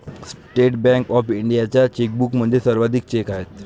state bank of इंडियाच्या चेकबुकमध्ये सर्वाधिक चेक आहेत